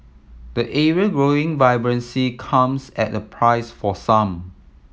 the area growing vibrancy comes at the price for some